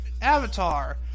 Avatar